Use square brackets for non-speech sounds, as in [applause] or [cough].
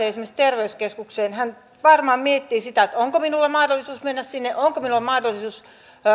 [unintelligible] esimerkiksi terveyskeskukseen hän varmaan miettii sitä onko minulla mahdollisuus mennä sinne onko minulla mahdollisuus